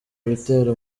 bitera